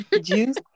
Juice